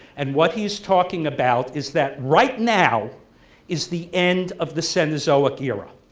and what he is talking about is that right now is the end of the cenozoic era.